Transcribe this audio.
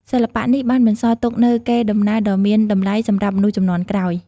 សិល្បៈនេះបានបន្សល់ទុកនូវកេរដំណែលដ៏មានតម្លៃសម្រាប់មនុស្សជំនាន់ក្រោយ។